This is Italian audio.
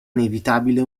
inevitabile